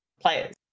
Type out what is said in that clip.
players